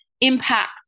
impact